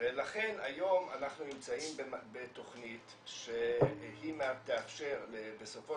ולכן היום אנחנו נמצאים בתכנית שהיא תאפשר בסופו